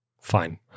Fine